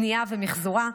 בנייה ומחזורה,